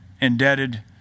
indebted